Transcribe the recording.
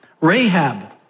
Rahab